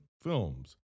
films